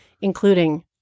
including